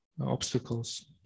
obstacles